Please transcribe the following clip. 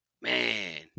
man